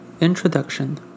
Introduction